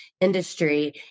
industry